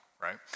right